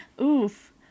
Oof